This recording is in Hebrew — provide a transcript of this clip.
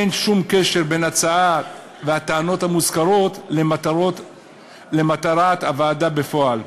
אין שום קשר בין ההצעה והטענות המוזכרות למטרת ההצעה בפועל.